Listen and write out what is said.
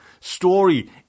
story